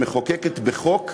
שמחוקקת בחוק,